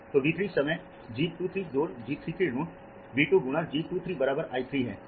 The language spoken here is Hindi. तो V3 समय G 23 जोड़ G 33 ऋण V 2 गुना G 23 बराबर I 3 है